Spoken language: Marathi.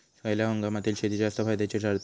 खयल्या हंगामातली शेती जास्त फायद्याची ठरता?